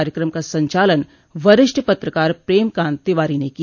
कार्यक्रम का संचालन वरिष्ठ पत्रकार प्रेमकांत तिवारी ने किया